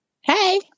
Hey